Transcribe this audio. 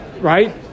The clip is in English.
right